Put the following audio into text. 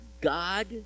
God